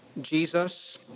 Jesus